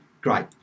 Great